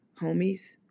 homies